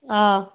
অঁ